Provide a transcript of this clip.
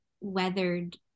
weathered